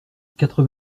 quatre